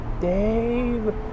Dave